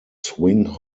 swing